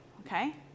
okay